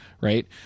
right